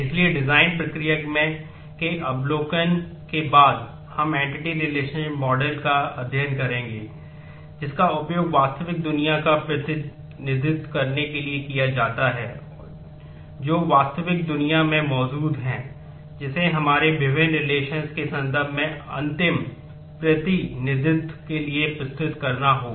इसलिए डिजाइन के संदर्भ में अंतिम प्रतिनिधित्व के लिए प्रस्तुत करना होगा